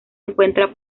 encuentra